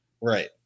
right